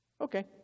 okay